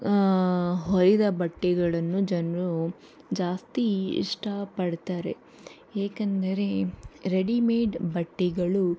ಹೊಲಿದ ಬಟ್ಟೆಗಳನ್ನು ಜನರು ಜಾಸ್ತಿ ಇಷ್ಟಪಡ್ತಾರೆ ಏಕೆಂದರೆ ರೆಡಿಮೇಡ್ ಬಟ್ಟೆಗಳು